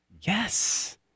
Yes